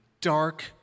dark